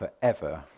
forever